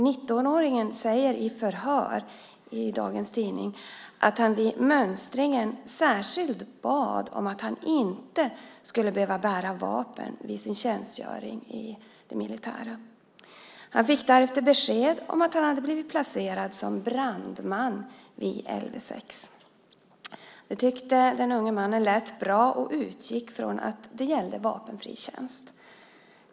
19-åringen säger i förhör, enligt dagens tidning, att han vid mönstringen särskilt bad om att han inte skulle behöva bära vapen under sin tjänstgöring i det militära. Han fick därefter besked om att han hade blivit placerad som brandman vid Lv 6. Det tyckte den unge mannen lät bra och utgick från att det gällde vapenfri tjänst.